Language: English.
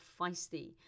feisty